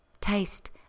Taste